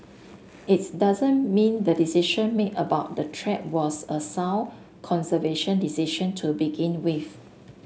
it's doesn't mean the decision made about the track was a sound conservation decision to begin with